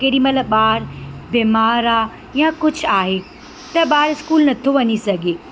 केॾीमहिल ॿार बीमारु आहे या कुझु आहे त ॿार इस्कूल नथो वञी सघे